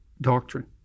doctrine